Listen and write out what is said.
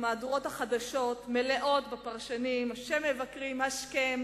מהדורות החדשות מלאות בפרשנים שמבקרים השכם